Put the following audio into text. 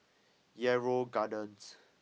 Yarrow Gardens